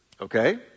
Okay